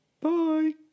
bye